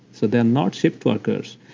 so they're not shift workers,